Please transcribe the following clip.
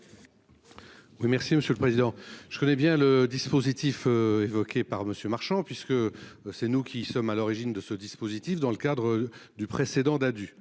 Merci, monsieur le Président, je connais bien le dispositif, évoqué par Monsieur Marchand puisque c'est nous qui sommes à l'origine de ce dispositif dans le cadre du précédent Dadu.